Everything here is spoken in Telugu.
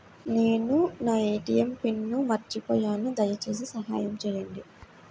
నేను నా ఏ.టీ.ఎం పిన్ను మర్చిపోయాను దయచేసి సహాయం చేయండి